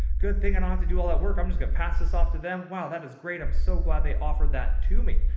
good thing and have to do all that work. i'm just gonna pass this off to them. wow. that is great. i'm so glad they offered that. to me.